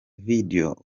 videwo